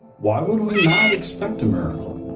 why would we not expect a miracle?